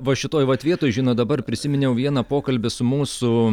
va šitoje vat vietoj žinot dabar prisiminiau vieną pokalbį su mūsų